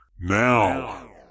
now